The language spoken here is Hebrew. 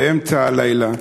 באמצע הלילה: